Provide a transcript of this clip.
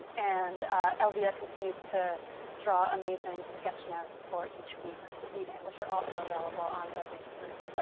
and elvia continues to draw amazing sketch notes for each week's reading, which are also available on the reading group.